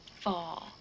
fall